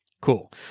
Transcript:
Cool